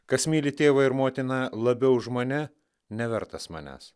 kas myli tėvą ir motiną labiau už mane nevertas manęs